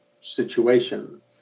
situation